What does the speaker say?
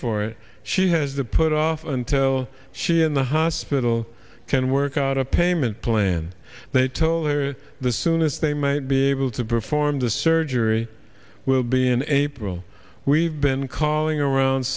for it she has to put off until she in the hospital can work out a payment plan they told her the soonest they might be able to perform the surgery will be in april we've been calling around